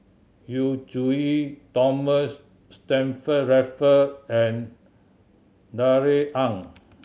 Yu Zhuye Thomas Stamford Raffle and Darrell Ang